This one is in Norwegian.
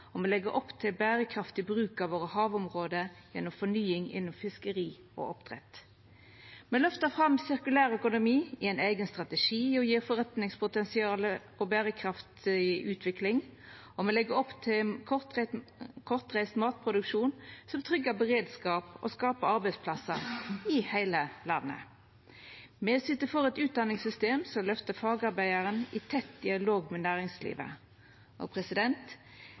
og me legg opp til berekraftig bruk av havområda våre gjennom fornying innanfor fiskeri og oppdrett. Me løftar fram sirkulærøkonomi i ein eigen strategi, som gjev forretningspotensial og berekraftig utvikling, og me legg opp til kortreist matproduksjon, som tryggar beredskap og skaper arbeidsplasser – i heile landet. Me syter for eit utdanningssystem som løftar fagarbeidaren i tett dialog med næringslivet.